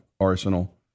arsenal